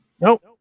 Nope